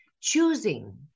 choosing